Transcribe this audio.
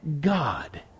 God